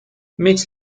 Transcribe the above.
mrs